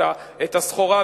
את הסחורה.